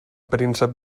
príncep